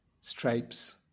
stripes